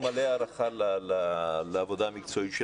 אני מלא הערכה לעבודתם המקצועית,